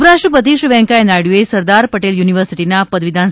ઉપરાષ્ટ્રપતિ શ્રી વૈંકૈયાહ નાયડુએ સરદાર પટેલ યુનિવર્સિટીના પદવીદાન